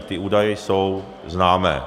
Ty údaje jsou známé.